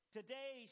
Today